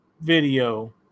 video